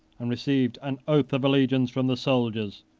and received an oath of allegiance from the soldiers,